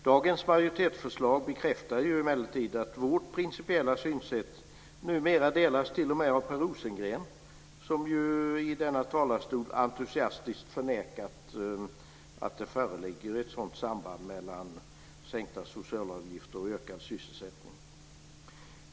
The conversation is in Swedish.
Dagens majoritetsförslag bekräftar emellertid att vårt principiella synsätt numera delas t.o.m. av Per Rosengren, som i denna talarstol entusiastiskt förnekat att det föreligger ett sådant samband mellan sänkta socialavgifter och ökad sysselsättning.